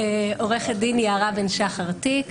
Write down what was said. עו"ד יערה בן שחר תיק,